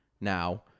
now